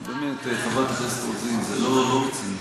נו באמת, חברת הכנסת רוזין, זה לא רציני.